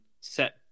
set